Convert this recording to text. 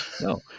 No